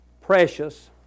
precious